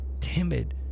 timid